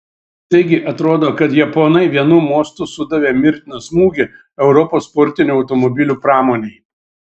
taigi atrodo kad japonai vienu mostu sudavė mirtiną smūgį europos sportinių automobilių pramonei